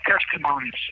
testimonies